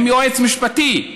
הם יועץ משפטי,